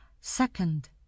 second